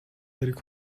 тэрэг